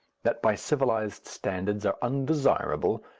that by civilized standards are undesirable,